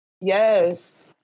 Yes